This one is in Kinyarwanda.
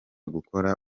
gukora